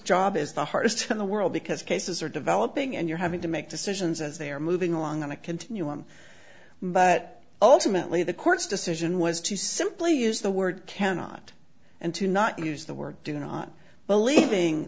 job is the hardest in the world because cases are developing and you're having to make decisions as they are moving along on a continuum but ultimately the court's decision was to simply use the word cannot and to not use the word do not believing